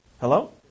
Hello